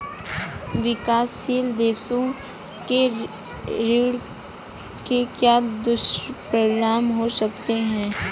विकासशील देशों के ऋण के क्या दुष्परिणाम हो सकते हैं?